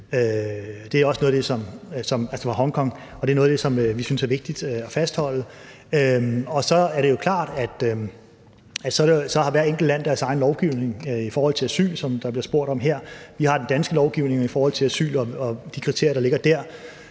det er noget af det, som vi synes er vigtigt at fastholde. Og så er det jo klart, at så har hvert enkelt land deres egen lovgivning i forhold til asyl, som der bliver spurgt om her. Vi har den danske lovgivning i forhold til asyl og de kriterier, der ligger dér.